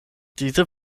diese